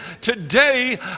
today